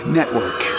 Network